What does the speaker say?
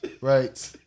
Right